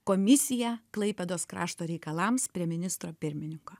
komisija klaipėdos krašto reikalams prie ministro pirmininko